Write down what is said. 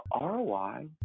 roi